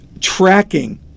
tracking